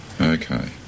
Okay